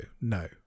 no